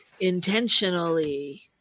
intentionally